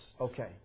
Okay